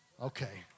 Okay